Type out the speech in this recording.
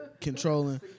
controlling